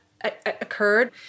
occurred